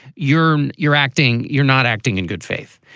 you're you're acting you're not acting in good faith.